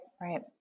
right